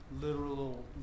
literal